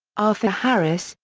arthur harris,